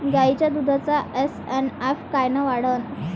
गायीच्या दुधाचा एस.एन.एफ कायनं वाढन?